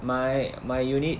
my my unit